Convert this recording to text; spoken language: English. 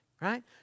right